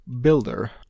Builder